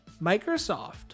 Microsoft